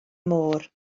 môr